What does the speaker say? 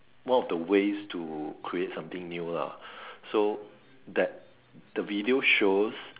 one of the ways to create something new lah so that the video shows